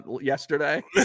yesterday